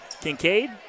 Kincaid